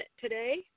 today